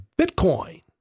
Bitcoin